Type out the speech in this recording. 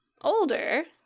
older